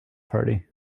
party